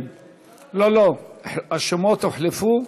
השמות הוחלפו.